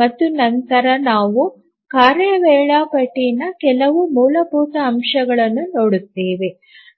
ಮತ್ತು ನಂತರ ನಾವು ಟಾಸ್ಕ್ ಶೆಡ್ಯೂಲಿನಾ ಕೆಲವು ಮೂಲಭೂತ ಅಂಶಗಳನ್ನು ನೋಡುತ್ತೇವೆ